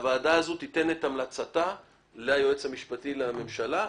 הוועדה הזאת תיתן את המלצתה ליועץ המשפטי לממשלה,